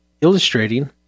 illustrating